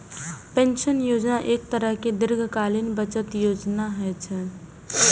pension योजना एक तरहक दीर्घकालीन बचत योजना होइ छै